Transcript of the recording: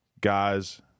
guys—